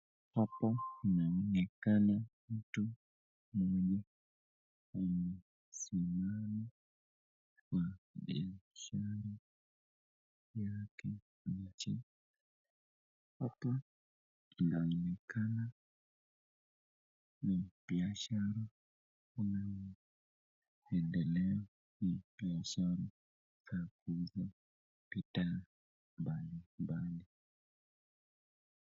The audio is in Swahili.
hapa kunaonekana mtu mmoja amesimama kwa biashara yake anauza. hapa inaonekana ni biashara kunakoendelea hii biashara ya kuuza bidhaa mbalimbali.